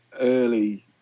early